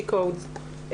she codes,